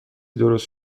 درست